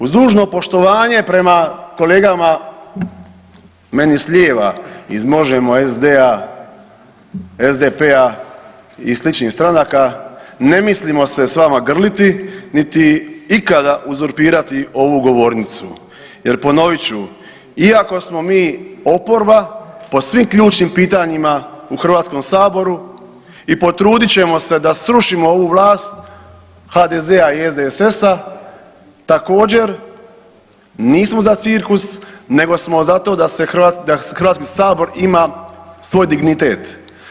Uz dužno poštovanje prema kolegama meni s lijeva iz Možemo, SD-a, SDP-a i sličnih stranaka, ne mislimo se s vama grliti niti ikada uzurpirati ovu govornicu jer ponovit ću, iako smo mi oporba po svim ključnim pitanjima u HS-u i potrudit ćemo se da srušimo ovu vlast HDZ-a i SDSS-a također nismo za cirkus nego smo za to da HS ima svoj dignitet.